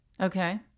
Okay